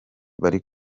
bari